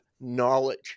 knowledge